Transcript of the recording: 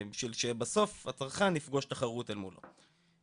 זאת בשביל שבסוף הצרכן יפגוש תחרות אל מולו.